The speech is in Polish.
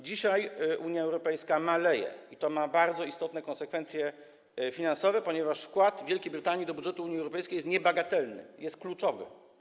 Dzisiaj Unia Europejska maleje, i to ma bardzo istotne konsekwencje finansowe, ponieważ wkład Wielkiej Brytanii do budżetu Unii Europejskiej jest niebagatelny, jest kluczowy.